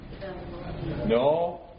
No